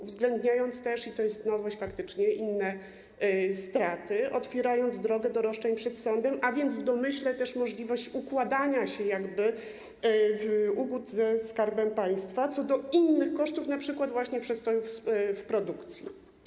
uwzględniając też - i to jest faktycznie nowość - inne straty, otwierając drogę do roszczeń przed sądem, a więc w domyśle też możliwość układania się, ugód ze Skarbem Państwa co do innych kosztów, np. właśnie przestojów w produkcji.